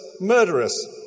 murderous